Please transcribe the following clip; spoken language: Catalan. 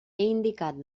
indicat